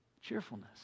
cheerfulness